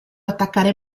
attaccare